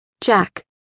Jack